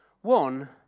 one